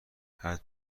حتی